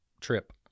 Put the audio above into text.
trip